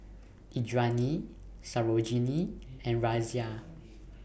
Indranee Sarojini and Razia